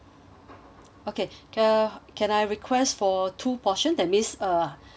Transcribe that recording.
okay uh can I request for two portion that means uh